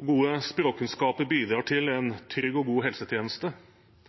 Gode språkkunnskaper bidrar til en trygg og god helsetjeneste.